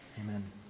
Amen